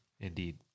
Indeed